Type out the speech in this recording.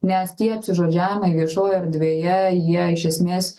nes tie apsižodžiavimai viešojo erdvėje jie iš esmės